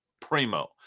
Primo